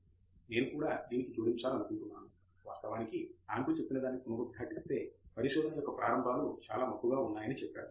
తంగిరాల నేను కూడా దీనికి జోడించాలనుకుంటున్నాను వాస్తవానికి ఆండ్రూ చెప్పినదాన్ని పునరుద్ఘాటిస్తే పరిశోధన యొక్క ప్రారంభాలు చాలా మబ్బుగా ఉన్నాయని చెప్పారు